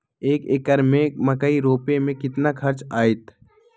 एक एकर में मकई रोपे में कितना खर्च अतै?